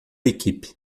equipe